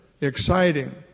exciting